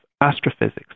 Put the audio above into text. astrophysics